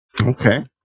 Okay